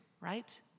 right